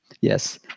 yes